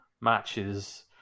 matches